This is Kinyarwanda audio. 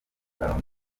ballon